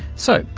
so,